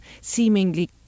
seemingly